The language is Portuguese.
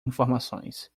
informações